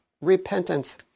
repentance